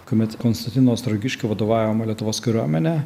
kuomet konstantino ostrogiškio vadovaujama lietuvos kariuomenė